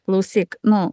klausyk nu